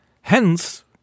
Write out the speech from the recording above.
Hence